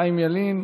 חיים ילין,